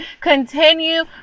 Continue